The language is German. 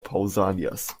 pausanias